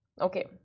Okay